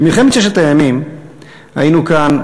במלחמת ששת הימים היינו כאן,